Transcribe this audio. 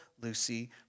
Lucy